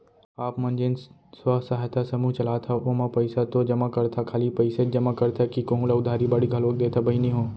आप मन जेन स्व सहायता समूह चलात हंव ओमा पइसा तो जमा करथा खाली पइसेच जमा करथा कि कोहूँ ल उधारी बाड़ी घलोक देथा बहिनी हो?